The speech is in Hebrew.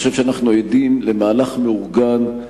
אני חושב שאנחנו עדים למהלך מאורגן,